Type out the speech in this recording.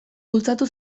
bultzatu